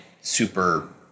super